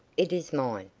it is mine.